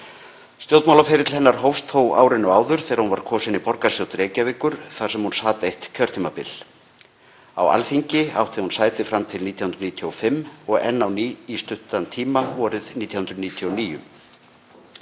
Stjórnmálaferill hennar hófst þó árinu áður þegar hún var kosin í borgarstjórn Reykjavíkur þar sem hún sat eitt kjörtímabil. Á Alþingi átti hún sæti fram til 1995 og enn á ný stuttan tíma vorið 1999.